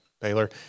Baylor